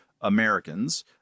Americans